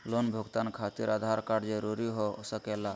Loan भुगतान खातिर Aadhaar card जरूरी हो सके ला?